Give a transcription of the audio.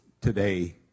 today